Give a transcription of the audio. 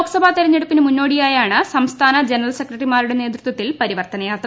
ലോക്സഭാ തിരഞ്ഞെടുപ്പിന് മുന്നോടിയായാണ് സംസ്ഥാന ജനറൽ സെക്രട്ടറിമാരുടെ നേതൃത്വത്തിൽ പരിവർത്തനയാത്ര